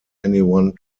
anyone